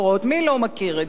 מי לא מכיר את זה?